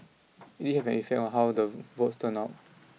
it did have an effect on how the votes turned out